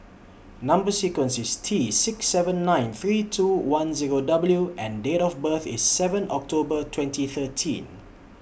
Number sequence IS T six seven nine three two one Zero W and Date of birth IS seven October twenty thirteen